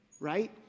Right